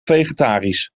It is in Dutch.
vegetarisch